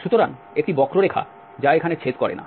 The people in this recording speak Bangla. সুতরাং একটি বক্ররেখা যা এখানে ছেদ করে না